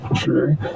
sure